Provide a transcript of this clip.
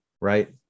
right